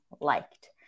liked